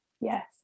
Yes